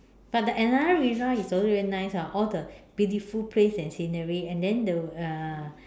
but the another reason why it's also very nice hor all the beautiful place and scenery and then the uh